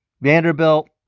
Vanderbilt